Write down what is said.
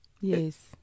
yes